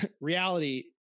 reality